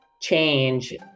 change